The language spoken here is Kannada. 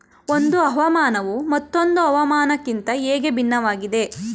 ಒಂದು ಹವಾಮಾನವು ಮತ್ತೊಂದು ಹವಾಮಾನಕಿಂತ ಹೇಗೆ ಭಿನ್ನವಾಗಿದೆ?